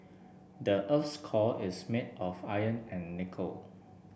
the earth core is made of iron and nickel